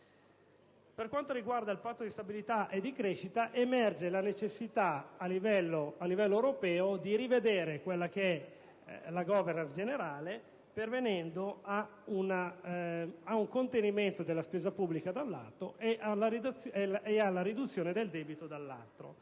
Per quanto riguarda il Patto di stabilità e di crescita emerge la necessità a livello europeo di rivedere la *governance* generale, pervenendo ad un contenimento della spesa pubblica, da un lato, e alla riduzione del debito, dall'altro;